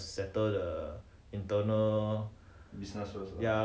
and certain err list of people to enter australia